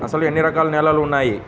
అసలు ఎన్ని రకాల నేలలు వున్నాయి?